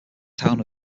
town